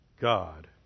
God